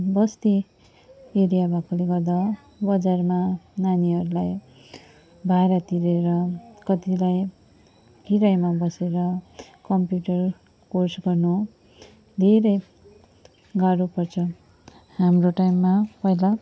बस्ती area भएकोले गर्दा बजारमा नानीहरूलाई भाडा तिरेर कतिलाई किरायामा बसेर कम्प्युटर कोर्स गर्नु धेरै गाह्रो पर्छ हाम्रो टाइममा पहिला